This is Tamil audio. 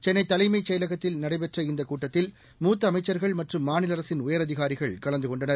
சென்னை தலைமைச் செயலகத்தில் நடைபெறும் இந்த கூட்டத்தில் மூத்த அமைச்சா்கள் மற்றும் மாநில அரசின் உயரதிகாரிகள் கலந்து கொண்டனர்